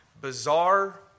bizarre